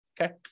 Okay